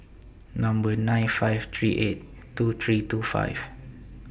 Number nine five three eight two three two five